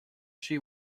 she